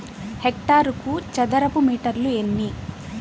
హెక్టారుకు చదరపు మీటర్లు ఎన్ని?